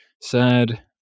sad